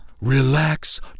Relax